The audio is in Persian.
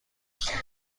بخوابم